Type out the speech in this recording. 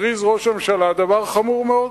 הכריז ראש הממשלה דבר חמור מאוד.